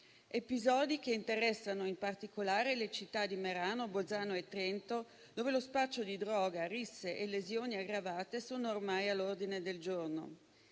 minori e che interessano in particolare le città di Merano e Bolzano, dove lo spaccio di droga, risse e lesioni aggravate sono ormai all'ordine del giorno,